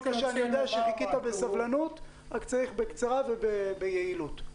שחיכית בסבלנות, רק בקצרה וביעילות.